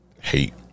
hate